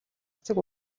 цэцэг